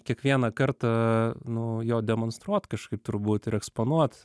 kiekvieną kartą nu jo demonstruot kažkaip turbūt ir eksponuot